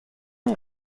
این